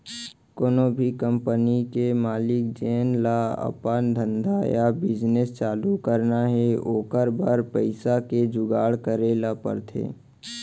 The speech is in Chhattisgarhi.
कोनो भी कंपनी के मालिक जेन ल अपन धंधा या बिजनेस चालू करना हे ओकर बर पइसा के जुगाड़ करे ल परथे